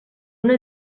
una